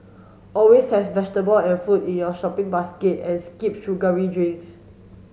always has vegetable and fruit in your shopping basket and skip sugary drinks